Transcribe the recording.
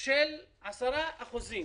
של 10% ב-2007,